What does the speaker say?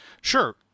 Sure